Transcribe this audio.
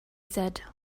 said